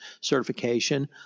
certification